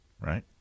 right